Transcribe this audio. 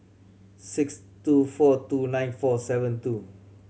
six two four two nine four seven two